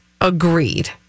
Agreed